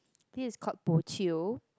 this is called bo jio